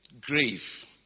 Grave